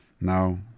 Now